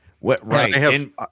Right